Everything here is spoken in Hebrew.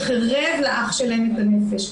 שהחריב לאח שלהם את הנפש.